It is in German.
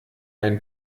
einen